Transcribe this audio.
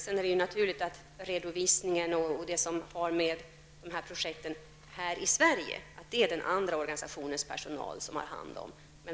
Det är naturligt att det är den andra organisationens personal som har hand om redovisningen och det som har med projekten här i Sverige att göra.